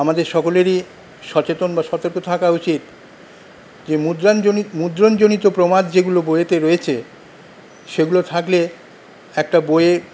আমাদের সকলেরই সচেতন বা সতর্ক থাকা উচিত যে মুদ্রাণজনি মুদ্রণজনিত প্রমাদ যেগুলো বইয়েতে রয়েছে সেগুলো থাকলে একটা বইয়ে